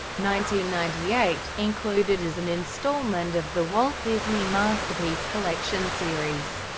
ninety ninety eight, included as an installment of the walt disney masterpiece collection series.